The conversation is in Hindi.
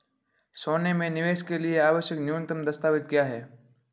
सोने में निवेश के लिए आवश्यक न्यूनतम दस्तावेज़ क्या हैं?